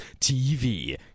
TV